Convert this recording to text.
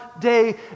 day